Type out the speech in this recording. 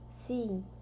seen